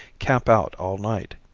camp out all night.